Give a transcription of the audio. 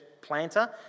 planter